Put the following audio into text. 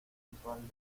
sensual